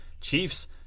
Chiefs